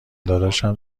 داداشم